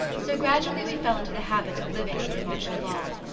so, gradually, we fell into the habit of living under martial law.